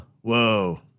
Whoa